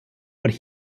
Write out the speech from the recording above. but